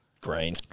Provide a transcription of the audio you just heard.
Green